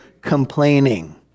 complaining